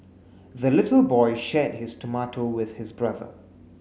the little boy shared his tomato with his brother